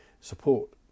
support